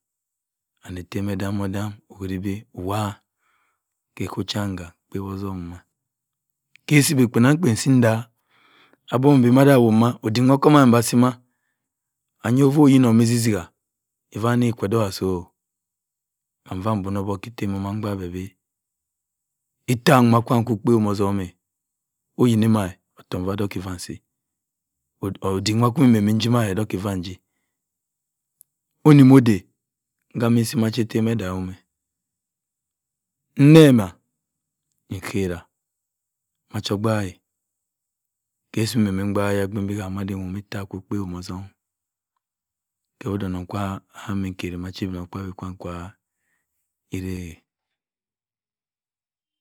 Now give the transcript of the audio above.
And etem odam-odam bibi-wa-osi ebi kekun cham de begh qh ke osi ebi kpen-akpen si nde ab owinbe odick nyo kwo oyino ma isi-si-ka. kam ma mbin obok ma etim mmoma. mbaak beh bi etta nwa kwa kwo obeghum otum oyeni ma ottok nfu odok ma-si odick nwa kwu di mmbembe nsi ma odok msi, inima ode ngambe nsi ka ose kwa eten edaghum, ke-osi mbe mbaak oyibin kam wo edi ilta nwo kwa open-hum otom ke oda onongh kwu kam de kerre machi obinokpabo kwam kwu irak.